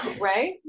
Right